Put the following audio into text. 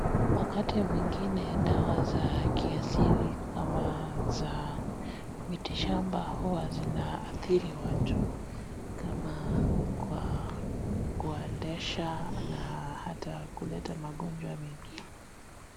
Wakati mwingine dawa za kiasili kama za miti shamba huwa zinaadhiri watu kama kwa kuendesha na hata kuleta magonjwa mengine.